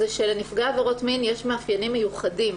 זה שלנפגע עבירות מין יש מאפיינים מיוחדים.